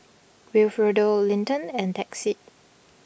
Wilfredo Linton and Texie